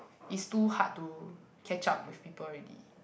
is too hard to catch up with people already